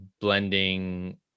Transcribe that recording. blending